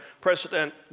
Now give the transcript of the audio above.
President